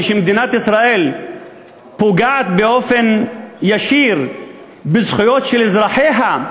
כשמדינת ישראל פוגעת באופן ישיר בזכויות של אזרחיה,